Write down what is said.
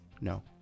no